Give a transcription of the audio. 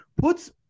puts